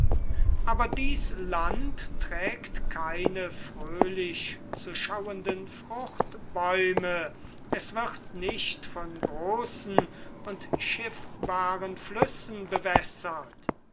aber dies land trägt keine fröhlich zu schauenden fruchtbäume es wird nicht von großen und schiffbaren flüssen bewässert